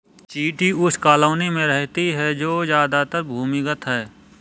चींटी उस कॉलोनी में रहती है जो ज्यादातर भूमिगत है